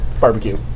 barbecue